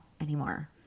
anymore